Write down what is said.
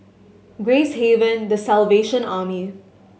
Gracehaven The Salvation Army